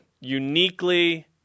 uniquely